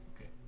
Okay